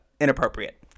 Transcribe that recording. inappropriate